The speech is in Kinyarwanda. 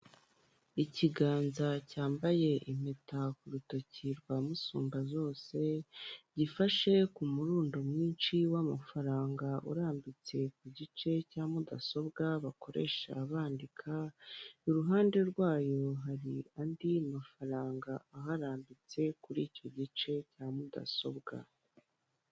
kiganza cyambaye impeta ku rutoki rwa Musumbazose, gifashe ku mururundo mwinshi w'amafaranga, urambitse ku gice cya mudasobwa. Bakoresha bandika iruhande rwayo, hari andi mafaranga aharambitse kuri icyo gice cya mudasobwa.